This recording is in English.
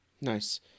Nice